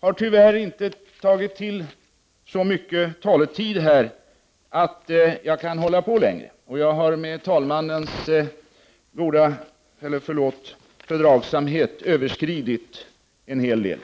har tyvärr inte tagit till så mycket taletid att jag kan hålla på längre, och jag har med talmannens fördragsamhet överskridit en hel del.